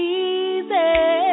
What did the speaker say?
easy